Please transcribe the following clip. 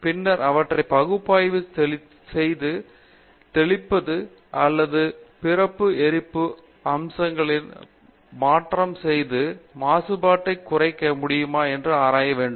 பின்னர் அவற்றை பகுப்பாய்வு செய்து தெளிப்பு அல்லது பிற எரிப்பு அம்சங்களில் மாற்றம் செய்து மாசுபாட்டை குறைக்க முடியுமா என்று ஆராய வேண்டும்